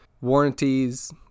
warranties